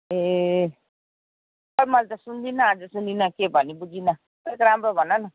ए खोइ मैले त सुन्दिन आज सुनिन के भनेऊ बुझिन अलिक राम्रो भन न